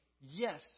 yes